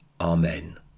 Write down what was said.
Amen